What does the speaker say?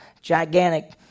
gigantic